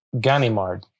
Ganimard